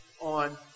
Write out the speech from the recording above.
on